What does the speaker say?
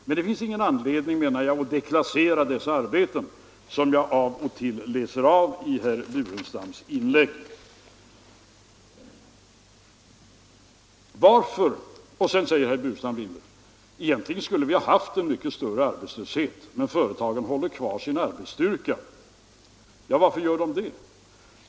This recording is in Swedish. Men det finns ingen anledning, menar jag, att deklassera dessa arbeten — en inställning som jag av och till läser in i herr Burenstam Linders inlägg. Sedan säger herr Burenstam Linder: Egentligen skulle vi ha haft en mycket större arbetslöshet, men företagen håller kvar sin arbetsstyrka. = Varför gör de det?